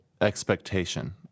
expectation